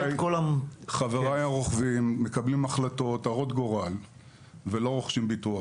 חבריי הרוכבים מקבלים החלטות הרות גורל ולא רוכשות ביטוח.